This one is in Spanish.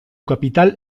capital